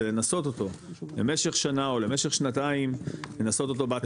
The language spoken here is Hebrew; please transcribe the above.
לנסות אותו במשך שנה או למשך שנתיים לנסות אותו בהתחלה.